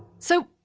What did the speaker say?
so,